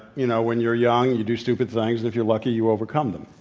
you know, when you're young, you do stupid things, and if you're lucky, you overcome them.